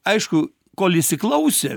aišku kol įsiklausė